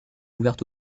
ouverte